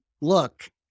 look